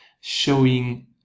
showing